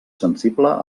sensible